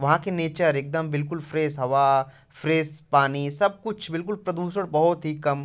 वहाँ के नेचर एकदम बिल्कुल फ़्रेस हवा फ़्रेस पानी सब कुछ बिल्कुल प्रदूषण बहुत ही कम